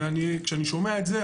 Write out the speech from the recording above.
אני כשאני שומע את זה,